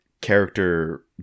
character